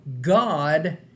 God